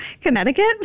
Connecticut